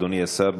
אדוני השר,